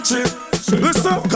Listen